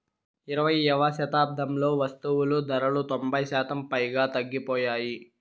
ఇరవైయవ శతాబ్దంలో వస్తువులు ధరలు తొంభై శాతం పైగా తగ్గిపోయాయి